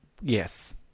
yes